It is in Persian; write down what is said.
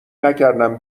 نکردم